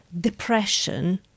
Depression